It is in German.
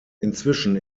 inzwischen